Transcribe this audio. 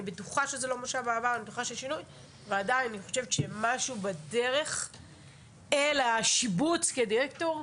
אני בטוחה שעדיין משהו בדרך אל השיבוץ כדירקטור,